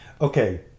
Okay